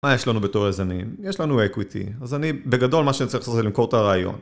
מה יש לנו בתור יזמים? יש לנו אקוויטי, אז אני בגדול מה שאני צריך לעשות זה למכור את הרעיון